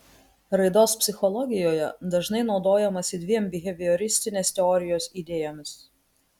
raidos psichologijoje dažnai naudojamasi dviem bihevioristinės teorijos idėjomis